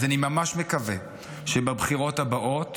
אז אני ממש מקווה שבבחירות הבאות